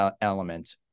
element